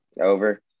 Over